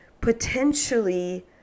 potentially